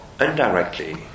indirectly